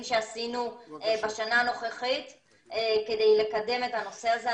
שעשינו בשנה הנוכחית כדי לקדם את הנושא הזה.